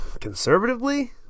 conservatively